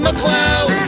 McCloud